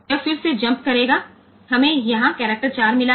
यह फिर से जम्प करेगा हमें यहां करैक्टर 4 मिला है